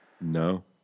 No